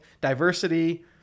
diversity